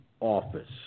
office